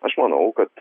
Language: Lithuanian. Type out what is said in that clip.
aš manau kad